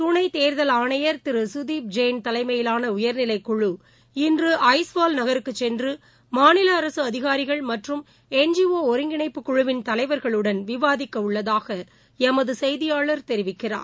துணைத் தேர்தல் ஆணையர் திருகதீப் ஜெயின் தலைமையிலானஉயர்நிலைக் குழு இன்று ஐஸ்வால் நகருக்குசென்றுமாநிலஅரசுஅதிகாரிகள் மற்றும் என் ஜி ஒ ஒருங்கிணைப்பு குழுவின் தலைவர்களுடன் விவாதிக்கஉள்ளதாகளமதுசெய்தியாளர் தெரிவிக்கிறார்